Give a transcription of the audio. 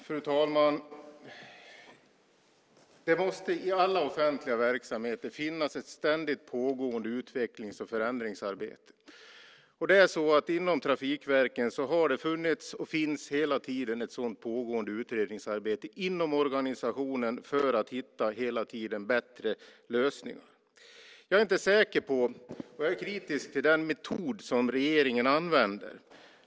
Fru talman! Det måste i alla offentliga verksamheter finnas ett ständigt pågående utvecklings och förändringsarbete. Inom trafikverken finns det hela tiden ett sådant pågående utredningsarbete inom organisationen för att hitta bättre lösningar. Jag är kritisk till den metod som regeringen använder.